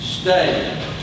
Stay